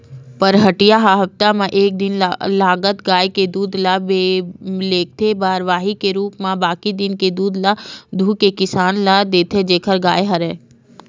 पहाटिया ह हप्ता म एक दिन लगत गाय के दूद ल लेगथे बरवाही के रुप म बाकी दिन के दूद ल दुहू के किसान ल देथे जेखर गाय हरय